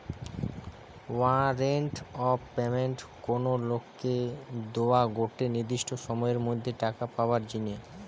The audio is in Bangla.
ওয়ারেন্ট অফ পেমেন্ট কোনো লোককে দোয়া গটে নির্দিষ্ট সময়ের মধ্যে টাকা পাবার জিনে